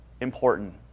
important